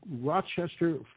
Rochester